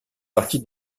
partie